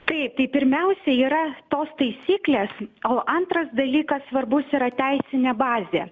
taip tai pirmiausia yra tos taisyklės o antras dalykas svarbus yra teisinė bazė